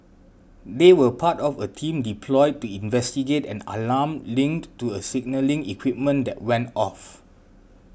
they were part of a team deployed to investigate an alarm linked to a signalling equipment that went off